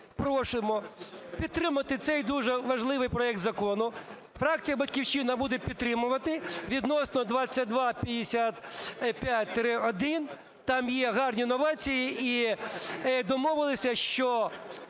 просимо підтримати цей дуже важливий проект закону. Фракція "Батьківщина" буде підтримувати. Відносно 2255-1, там є гарні новації. І домовилися, що